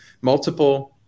multiple